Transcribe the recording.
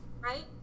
right